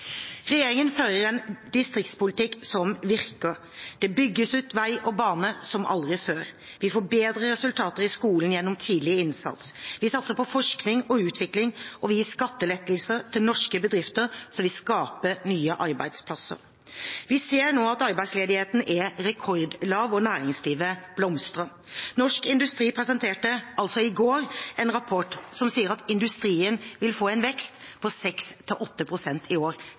Regjeringen fører en distriktspolitikk som virker: Det bygges ut vei og bane som aldri før, vi får bedre resultater i skolen gjennom tidlig innsats, vi satser på forskning og utvikling, og vi gir skattelettelser til norske bedrifter som vil skape nye arbeidsplasser. Vi ser nå at arbeidsledigheten er rekordlav, og næringslivet blomstrer. Norsk Industri presenterte i går en rapport som sier at industrien vil få en vekst på 6–8 pst. i år.